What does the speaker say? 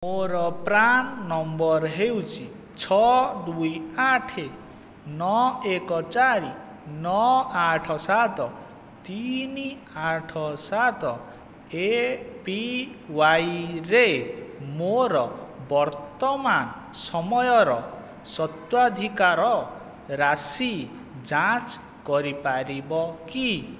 ମୋର PRAN number ହେଉଛି ଛଅ ଦୁଇ ଆଠେ ନଅ ଏକ ଚାରି ନଅ ଆଠ ସାତ ତିନି ଆଠ ସାତ ଏପିୱାଇରେ ମୋର ବର୍ତ୍ତମାନ ସମୟର ସତ୍ୱାଧିକାର ରାଶି ଯାଞ୍ଚ କରିପାରିବ କି